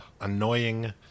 annoying